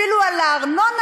אפילו בארנונה,